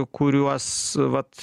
kuriuos vat